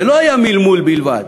זה לא היה מלמול בלבד,